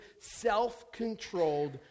self-controlled